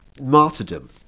martyrdom